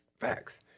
Facts